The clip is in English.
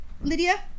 Lydia